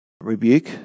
rebuke